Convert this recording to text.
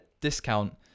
discount